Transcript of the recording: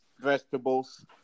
vegetables